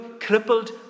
crippled